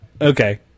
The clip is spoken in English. okay